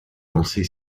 lancée